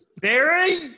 Barry